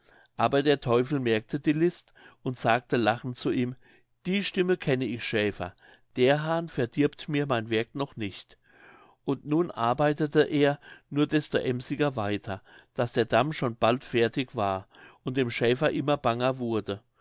aber der teufel merkte die list und sagte lachend zu ihm die stimme kenne ich schäfer der hahn verdirbt mir mein werk noch nicht und nun arbeitete er nur desto emsiger weiter daß der damm schon bald fertig war und dem schäfer immer banger wurde